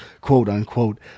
quote-unquote